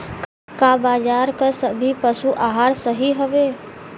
का बाजार क सभी पशु आहार सही हवें?